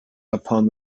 upon